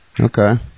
Okay